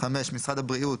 5.משרד הבריאות,